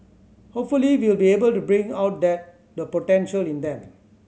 hopefully we will be able to bring out the potential in them